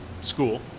school